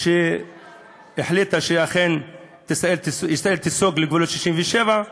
שהחליטה שאכן, ישראל תיסוג לגבולות 67',